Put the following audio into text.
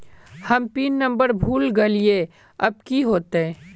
हम pin number भूल गलिऐ अब की होते?